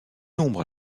nombre